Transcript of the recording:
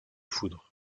foudre